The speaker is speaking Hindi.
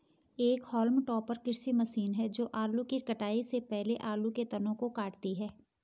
एक होल्म टॉपर कृषि मशीन है जो आलू की कटाई से पहले आलू के तनों को काटती है